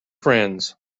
friends